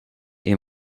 één